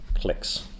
clicks